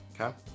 Okay